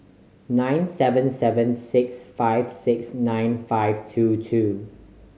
nine seven seven six five six nine five two two